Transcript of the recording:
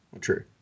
True